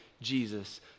Jesus